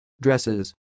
dresses